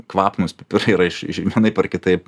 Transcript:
kvapnūs pipirai yra iš vienaip ar kitaip